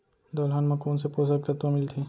दलहन म कोन से पोसक तत्व मिलथे?